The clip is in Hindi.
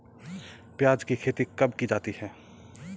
प्याज़ की खेती कब की जाती है?